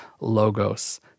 logos